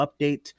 update